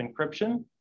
encryption